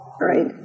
right